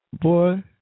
boy